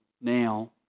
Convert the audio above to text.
now